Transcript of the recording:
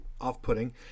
off-putting